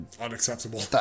unacceptable